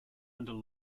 under